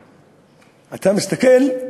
אתה מסתכל,